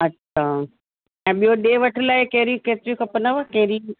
अच्छा ऐं ॿियो ॾिए वठ लाइ केरी केतिरियूं खपनव कहिड़ी